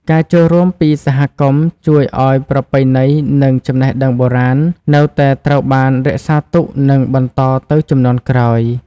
ការចូលរួមពីសហគមន៍ជួយឱ្យប្រពៃណីនិងចំណេះដឹងបុរាណនៅតែត្រូវបានរក្សាទុកនិងបន្តទៅជំនាន់ក្រោយ។